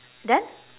then